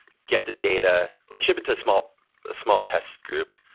get the data. like ship it to a small a small test group.